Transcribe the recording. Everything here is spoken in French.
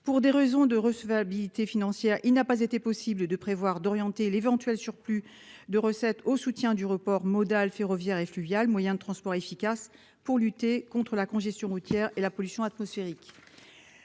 pour des raisons de recevabilité financière il n'a pas été possible de prévoir d'orienter l'éventuel surplus de recettes au soutien du report modal ferroviaire et fluvial moyen de transport efficace pour lutter contre la congestion routière et la pollution atmosphérique.